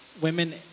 women